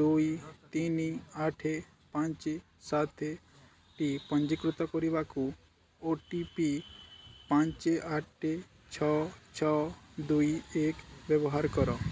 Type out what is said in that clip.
ଦୁଇ ତିନି ଆଠ ପାଞ୍ଚ ସାତଟି ପଞ୍ଜୀକୃତ କରିବାକୁ ଓ ଟି ପି ପାଞ୍ଚ ଆଠ ଛଅ ଛଅ ଦୁଇ ଏକ ବ୍ୟବହାର କର